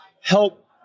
help